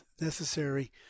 necessary